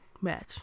match